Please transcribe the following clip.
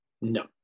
No